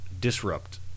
disrupt